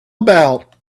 about